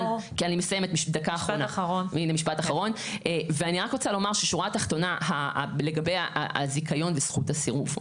אני רק רוצה לומר שורה תחתונה לגבי הזיכיון וזכות הסירוב.